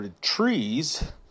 trees